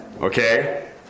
Okay